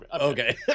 Okay